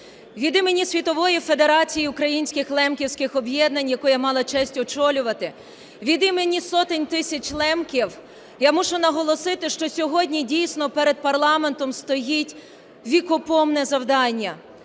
Від імені Світової федерації українських лемківських об'єднань, яку я мала честь очолювати, від імені сотень тисяч лемків, я мушу наголосити, що сьогодні дійсно перед парламентом стоїть вікопомне завдання